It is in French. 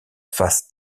face